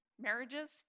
marriages